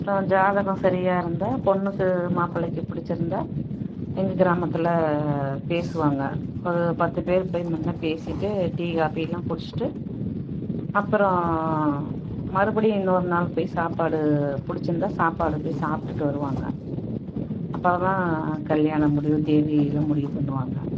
அப்புறம் ஜாதகம் சரியாக இருந்தால் பொண்ணுக்கு மாப்பிள்ளைக்கு பிடிச்சிருந்தா எங்கள் கிராமத்தில் பேசுவாங்க ஒரு பத்து பேர் போய் முன்ன பேசிட்டு டீ காப்பிலாம் குடிச்சிட்டு அப்புறம் மறுபடி இன்னொரு நாள் போய் சாப்பாடு பிடிச்சிருந்தா சாப்பாடு போய் சாப்பிடுட்டு வருவாங்க அப்புறந்தான் கல்யாண முடிவு தேதிலாம் முடிவு பண்ணுவாங்க